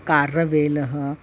कारवेलः